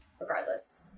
regardless